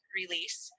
release